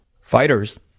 Fighters